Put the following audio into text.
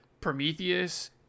Prometheus